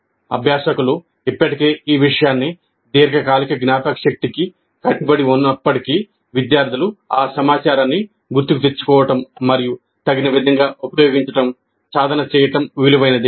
అభ్యాసకులు ఇప్పటికే ఈ విషయాన్ని దీర్ఘకాలిక జ్ఞాపకశక్తికి కట్టుబడి ఉన్నప్పటికీ విద్యార్థులు ఆ సమాచారాన్ని గుర్తుకు తెచ్చుకోవడం మరియు తగిన విధంగా ఉపయోగించడం సాధన చేయడం విలువైనదే